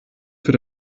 für